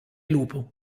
lupo